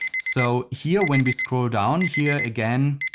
so here when we scroll down, here again